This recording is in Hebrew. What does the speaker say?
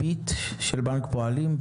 "ביט" של בנק הפועלים,